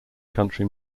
country